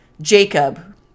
Jacob